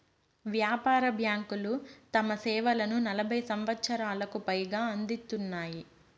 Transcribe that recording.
వ్యాపార బ్యాంకులు తమ సేవలను నలభై సంవచ్చరాలకు పైగా అందిత్తున్నాయి